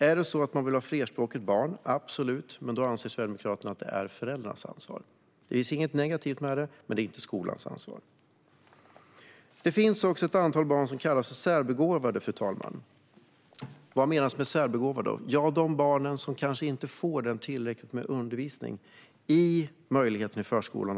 Är det så att man vill ha ett flerspråkigt barn - absolut - men då anser Sverigedemokraterna att det är föräldrarnas ansvar. Det finns inget negativt med det, men det är inte skolans ansvar. Det finns också ett antal barn som kallas för särbegåvade, fru talman. Vad menas då med särbegåvade? Jo, de barn som inte får tillräckligt med undervisning i förskolan.